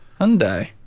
Hyundai